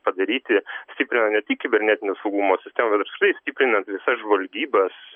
padaryti stiprina ne tik kibernetinio saugumo sistemą bet apskritai stiprinant visas žvalgybas